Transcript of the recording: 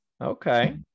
Okay